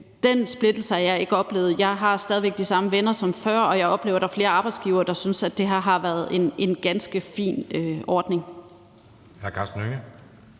stor splittelse, har jeg ikke oplevet. Jeg har stadig væk de samme venner som før, og jeg oplever, at der er flere arbejdsgivere, der synes, det har været en ganske fin ordning.